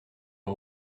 are